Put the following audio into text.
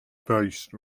based